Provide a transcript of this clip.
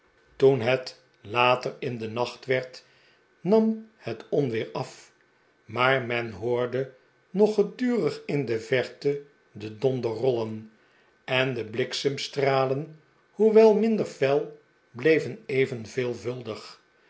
toen het later in den nacht werd nam het onweer af maar men hoorde nog gedurig in de verte den donder rollen en de bliksemstralen hoewel minder fel bleven even